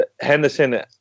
Henderson